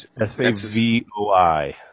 S-A-V-O-I